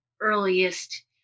earliest